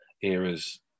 era's